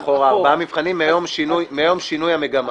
ואחורה, ארבעה מבחנים מיום שינוי המגמה.